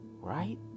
Right